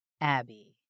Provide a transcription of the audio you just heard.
Abby